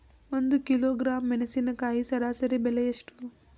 ಒಂದು ಕಿಲೋಗ್ರಾಂ ಮೆಣಸಿನಕಾಯಿ ಸರಾಸರಿ ಬೆಲೆ ಎಷ್ಟು?